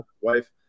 wife